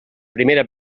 primera